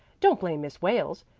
don't blame miss wales.